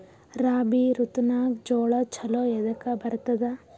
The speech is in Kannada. ರಾಬಿ ಋತುನಾಗ್ ಜೋಳ ಚಲೋ ಎದಕ ಬರತದ?